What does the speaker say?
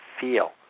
feel